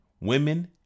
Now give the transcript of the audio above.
women